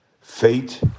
Fate